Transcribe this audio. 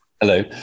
Hello